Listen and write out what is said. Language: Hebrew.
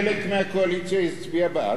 חלק מהקואליציה הצביעה בעד.